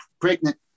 pregnant